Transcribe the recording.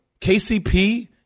KCP